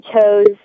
chose